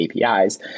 APIs